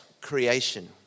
creation